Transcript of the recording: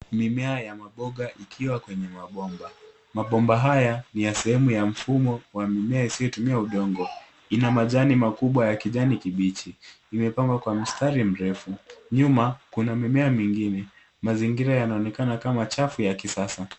Mimea ya mapoka ikiwa kwenye mapomba, mapomba haya ni ya sehemu ya mfumo wa mimea usiotumia udongo ina majani makubwa ya kijani kibichi imepangwa Kwa mistari mrefu, nyuma Kuna mimea mingine mazingira yanaonekana kama chafu ya kisasa